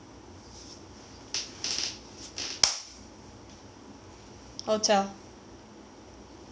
hotel